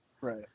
Right